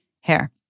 hair